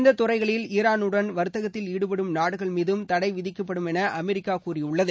இந்த துறைகளில் ஈரானுடன் வரத்தகத்தில் ஈடுபடும் நாடுகள் மீதும் தடை விதிக்கப்படும் என அமெரிக்கா கூறியுள்ளது